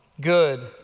good